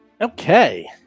Okay